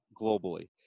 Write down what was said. globally